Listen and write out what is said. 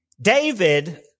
David